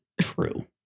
true